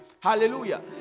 hallelujah